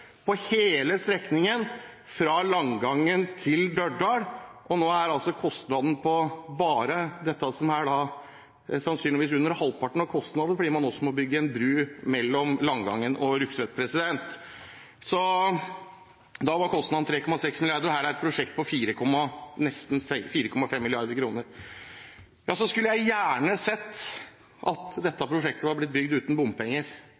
for hele strekningen fra Langangen til Dørdal. Nå utgjør altså kostnaden for bare denne strekningen sannsynligvis under halvparten av kostnaden, for man må også bygge en bro mellom Langangen og Rugtvedt. Den gangen var kostnaden 3,6 mrd. kr. Her er et prosjekt på nesten 4,5 mrd. kr. Jeg skulle gjerne sett at dette prosjektet var blitt bygd uten bompenger.